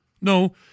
no